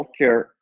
healthcare